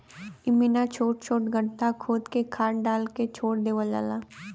इमिना छोट छोट गड्ढा खोद के खाद डाल के छोड़ देवल जाला